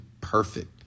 Perfect